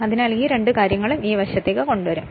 അതിനാൽ ഈ രണ്ടു കാര്യങ്ങളും ഈ വശത്തേക്ക് കൊണ്ടുവരും